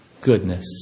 goodness